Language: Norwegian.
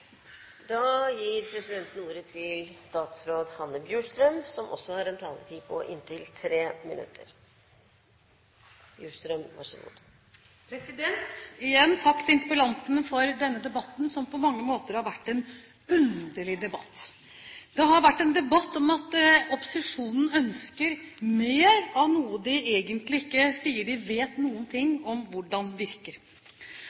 Igjen takk til interpellanten for denne debatten, som på mange måter har vært en underlig debatt. Det har vært en debatt der opposisjonen ønsker mer av noe de egentlig sier de ikke vet noen